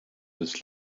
bis